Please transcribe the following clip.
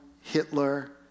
Hitler